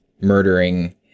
murdering